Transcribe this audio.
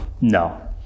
No